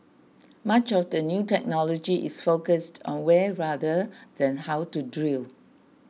much of the new technology is focused on where rather than how to drill